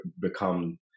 become